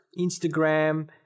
Instagram